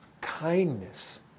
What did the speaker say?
Kindness